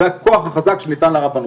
זה הכוח החזק שניתן לרבנות.